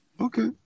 Okay